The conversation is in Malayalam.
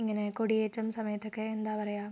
ഇങ്ങനെ കൊടിയേറ്റം സമയത്തൊക്കെ എന്താ പറയുക